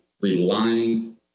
relying